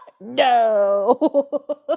No